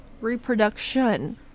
Reproduction